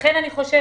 לכן אני חושבת,